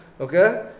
okay